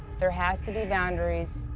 there has to be boundaries.